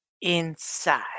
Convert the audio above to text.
inside